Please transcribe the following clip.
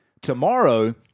tomorrow